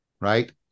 right